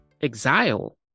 exile